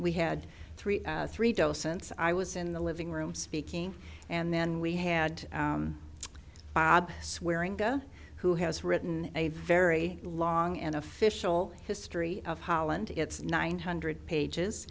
we had three three docents i was in the living room speaking and then we had bob swearing go who has written a very long and official history of holland it's nine hundred pages